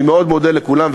אני מאוד מודה לכולם,